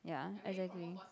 ya exactly